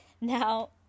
Now